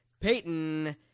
Peyton